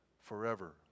forever